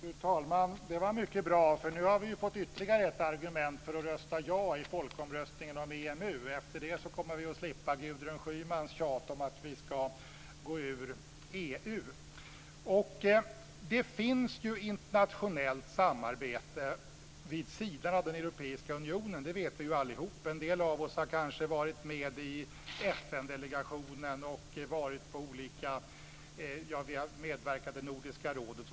Fru talman! Det var mycket bra. Nu har vi fått ytterligare ett argument för att rösta ja i folkomröstningen om EMU. Efter den kommer vi att slippa Gudrun Schymans tjat om att vi ska gå ur EU. Det finns ju internationellt samarbete vid sidan av Europeiska unionen. Det vet vi allihop. En del av oss har kanske varit med i FN-delegationen eller medverkat i Nordiska rådet.